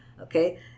okay